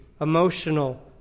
emotional